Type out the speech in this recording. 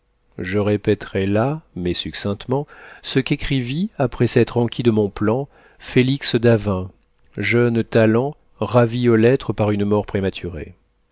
je répéterai là mais succinctement ce qu'écrivit après s'être enquis de mon plan félix davin jeune talent ravi aux lettres par une mort prématurée